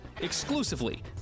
exclusively